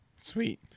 Sweet